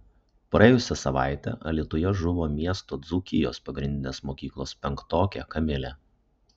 praėjusią savaitę alytuje žuvo miesto dzūkijos pagrindinės mokyklos penktokė kamilė